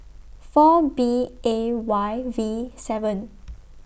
four B A Y V seven